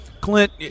clint